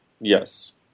Yes